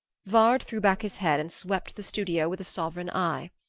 vard threw back his head and swept the studio with a sovereign eye.